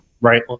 right